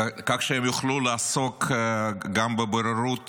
כך שהם יוכלו לעסוק גם בבוררות